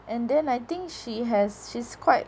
and then I think she has she's quite